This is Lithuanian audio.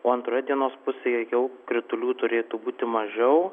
o antroje dienos pusėje jau kritulių turėtų būti mažiau